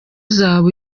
uzaba